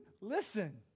listen